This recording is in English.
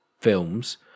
films